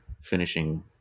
finishing